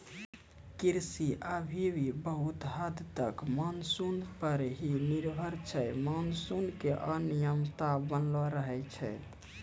कृषि अभी भी बहुत हद तक मानसून पर हीं निर्भर छै मानसून के अनियमितता बनलो रहै छै